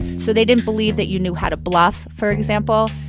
so they didn't believe that you knew how to bluff, for example,